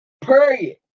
Period